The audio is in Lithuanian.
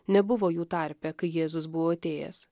nebuvo jų tarpe kai jėzus buvo atėjęs